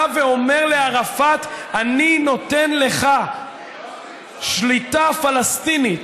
בא ואומר לערפאת: אני נותן לך שליטה פלסטינית